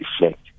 reflect